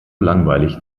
langweilig